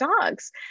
dogs